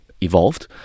evolved